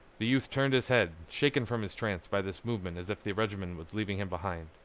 the youth turned his head, shaken from his trance by this movement as if the regiment was leaving him behind.